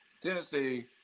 Tennessee